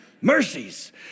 mercies